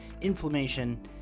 inflammation